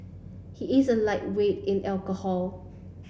he is a lightweight in alcohol